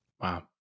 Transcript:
Wow